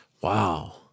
Wow